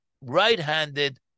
right-handed